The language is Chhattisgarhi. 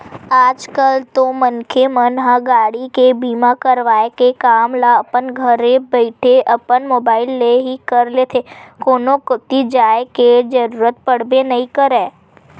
आज कल तो मनखे मन ह गाड़ी के बीमा करवाय के काम ल अपन घरे बइठे अपन मुबाइल ले ही कर लेथे कोनो कोती जाय के जरुरत पड़बे नइ करय